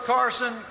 Carson